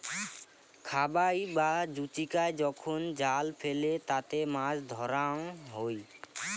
খাবাই বা জুচিকায় যখন জাল ফেলে তাতে মাছ ধরাঙ হই